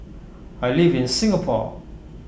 I live in Singapore